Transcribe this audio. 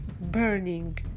burning